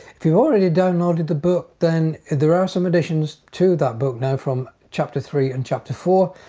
if you've already downloaded the book then if there are some additions to that book now from chapter three and chapter four.